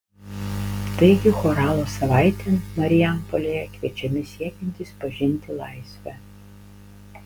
taigi choralo savaitėn marijampolėje kviečiami siekiantys pažinti laisvę